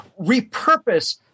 repurpose